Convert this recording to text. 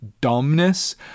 dumbness